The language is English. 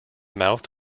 mouth